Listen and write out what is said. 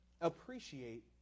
appreciate